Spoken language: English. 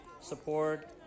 support